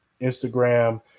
Instagram